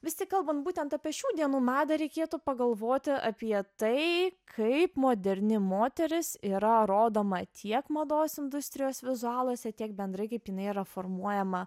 vis tik kalbant būtent apie šių dienų madą reikėtų pagalvoti apie tai kaip moderni moteris yra rodoma tiek mados industrijos vizualuose tiek bendrai kaip jinai yra formuojama